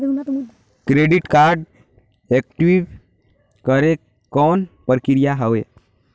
Credit card active करे के कौन प्रक्रिया हवे?